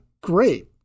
great